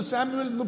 Samuel